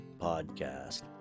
podcast